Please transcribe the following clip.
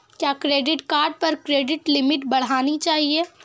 क्या credit card पर credit limit बढ़ानी चाहिए?